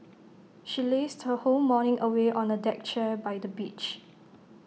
she lazed her whole morning away on A deck chair by the beach